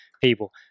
people